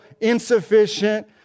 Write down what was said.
insufficient